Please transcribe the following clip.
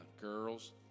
girls